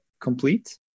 complete